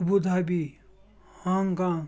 Abu Dhabi Hong Kong